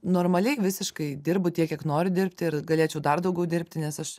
normaliai visiškai dirbu tiek kiek noriu dirbti ir galėčiau dar daugiau dirbti nes aš